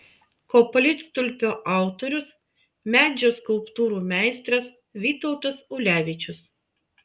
koplytstulpio autorius medžio skulptūrų meistras vytautas ulevičius